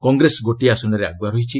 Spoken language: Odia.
କଂଗ୍ରେସ ଗୋଟିଏ ଆସନରେ ଆଗୁଆ ରହିଛି